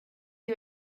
you